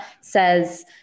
says